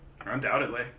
Undoubtedly